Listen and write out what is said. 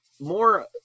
more